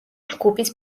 ჯგუფის